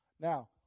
Now